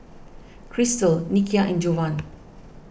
Christal Nikia and Jovan